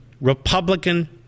Republican